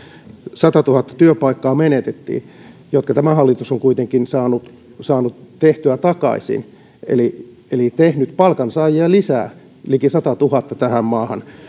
satatuhatta työpaikkaa jotka tämä hallitus on kuitenkin saanut saanut tehtyä takaisin eli eli tehnyt palkansaajia lisää liki sadantuhannen tähän maahan